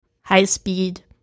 high-speed